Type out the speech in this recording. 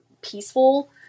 peaceful